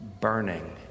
burning